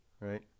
right